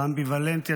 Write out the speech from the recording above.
אתה אמביוולנטי,